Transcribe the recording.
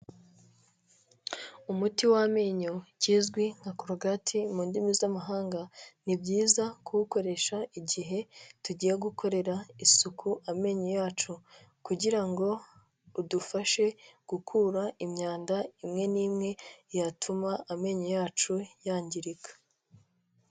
Umuti w'amenyo, kizwi nka korogati mu ndimi z'amahanga, ni byiza kuwukoresha igihe tugiye gukorera isuku amenyo yacu kugira ngo udufashe gukura imyanda imwe n'imwe yatuma amenyo yacu yangirika.